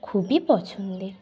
খুবই পছন্দের